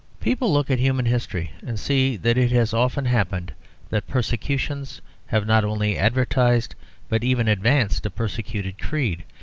people look at human history and see that it has often happened that persecutions have not only advertised but even advanced a persecuted creed,